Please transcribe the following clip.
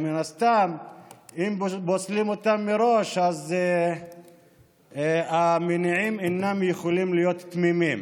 ומן הסתם אם פוסלים אותן מראש אז המניעים אינם יכולים להיות תמימים.